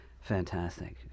fantastic